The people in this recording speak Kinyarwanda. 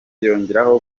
yongeraho